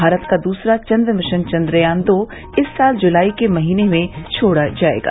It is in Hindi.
भारत का दूसरा चन्द्रमिशन चन्द्रयान दो इस साल जुलाई के महीने में छोड़ा जायेगा